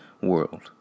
world